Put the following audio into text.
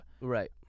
Right